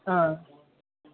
हां